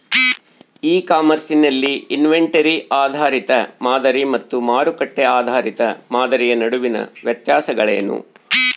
E commerce ನಲ್ಲಿ inventory ಆಧಾರಿತ ಮಾದರಿ ಮತ್ತು ಮಾರುಕಟ್ಟೆ ಆಧಾರಿತ ಮಾದರಿಯ ನಡುವಿನ ವ್ಯತ್ಯಾಸಗಳೇನು?